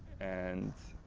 and